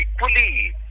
equally